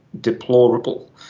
deplorable